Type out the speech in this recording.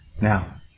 Now